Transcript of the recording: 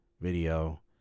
video